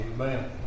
Amen